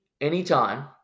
anytime